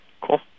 Cool